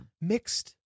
Mixed